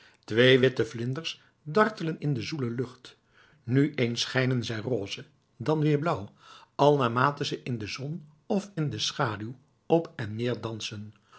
twee witte vlinders dartelen in de zoele lucht nu eens schijnen zij rose dan weer blauw al naarmate ze in de zon of in de schaduw op en neer dansen